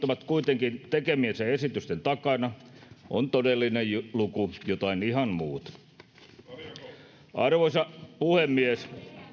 ovat kuitenkin tekemiensä esitysten takana on todellinen luku jotain ihan muuta arvoisa puhemies